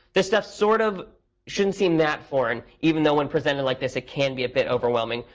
this stuff sort of shouldn't seem that foreign, even though, when presented like this, it can be a bit overwhelming.